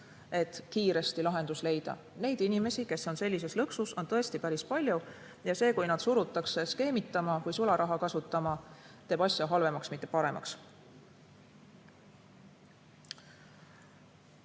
et kiiresti lahendus leida. Neid inimesi, kes on sellises lõksus, on tõesti päris palju. Ja see, kui nad surutakse skeemitama või sularaha kasutama, teeb asja halvemaks, mitte ei tee paremaks.